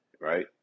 right